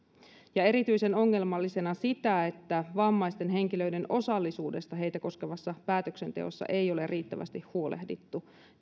sekä erityisen ongelmallisena sitä että vammaisten henkilöiden osallisuudesta heitä koskevassa päätöksenteossa ei ole riittävästi huolehdittu